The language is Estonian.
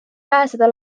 pääseda